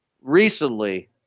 Recently